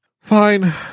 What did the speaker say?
fine